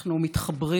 אנחנו מתחברים